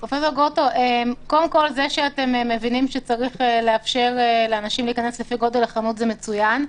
זה שאתם מבינים שצריך לאפשר לאנשים להיכנס לפי גודל החנות - מצוין.